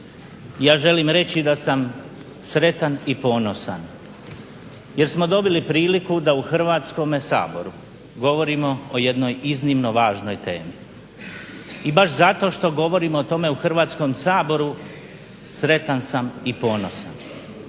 ja želim reći da sam sretan i ponosan jer smo dobili priliku da u Hrvatskome saboru govorimo o jednoj iznimno važnoj temi. I baš zato što govorimo o tome u Hrvatskom saboru sretan sam i ponosan.